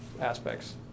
aspects